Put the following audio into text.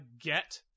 get